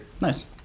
Nice